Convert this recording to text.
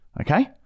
okay